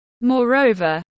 Moreover